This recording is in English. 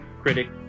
critic